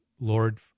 Lord